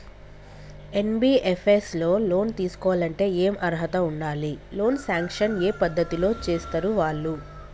NBFS లో loan తీస్కోవాలంటే ఏం అర్హత ఉండాలి? లోన్ సాంక్షన్ ఏ పద్ధతి లో చేస్తరు వాళ్లు?